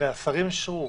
והשרים אישרו,